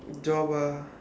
job ah